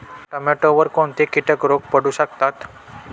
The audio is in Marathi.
टोमॅटोवर कोणते किटक रोग पडू शकतात?